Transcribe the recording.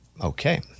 Okay